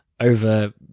over